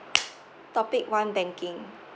topic one banking